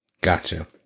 Gotcha